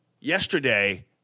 Yesterday